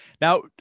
Now